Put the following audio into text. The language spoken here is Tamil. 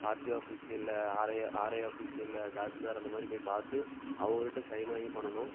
RTO office RI RI office இல்லை தாசில்தார் அந்த மாரி போய் பார்த்து அவங்கக் கிட்ட சைன் வாங்கி பண்ணணும்